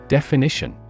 Definition